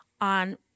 on